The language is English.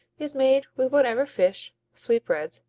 is made with whatever fish, sweetbreads,